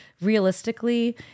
realistically